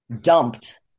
Dumped